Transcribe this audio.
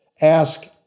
ask